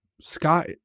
scott